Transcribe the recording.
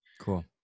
cool